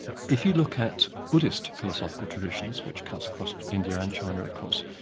if you look at buddhist philosophical traditions, which cuts across india and china of course,